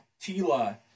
Tila